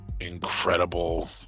incredible